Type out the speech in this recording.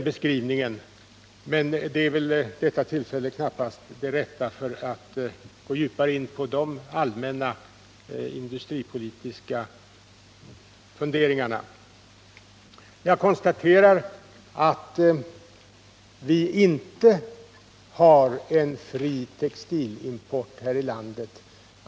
Detta tillfälle är emellertid knappast det rätta för att gå djupare in på sådana allmänna industripolitiska funderingar. Jag konstaterar att vi inte har en fri textilimport här i landet.